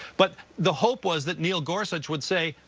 but the hope was that neil gorsuch would say,